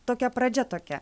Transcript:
tokia pradžia tokia